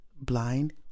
blind